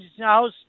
house